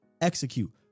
Execute